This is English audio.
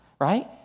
right